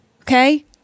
Okay